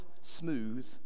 smooth